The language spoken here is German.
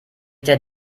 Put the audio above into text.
der